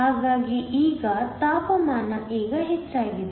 ಹಾಗಾಗಿ ಈಗ ತಾಪಮಾನ ಈಗ ಹೆಚ್ಚಾಗಿದೆ